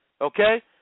Okay